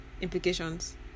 implications